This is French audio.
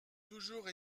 toujours